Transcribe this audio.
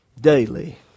Daily